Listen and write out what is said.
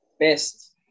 best